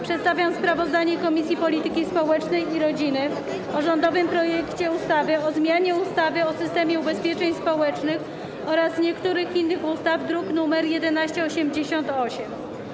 Przedstawiam sprawozdanie Komisji Polityki Społecznej i Rodziny o rządowym projekcie ustawy o zmianie ustawy o systemie ubezpieczeń społecznych oraz niektórych innych ustaw, druk nr 1188.